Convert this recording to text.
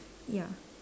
ya